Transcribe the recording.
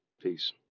Peace